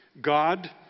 God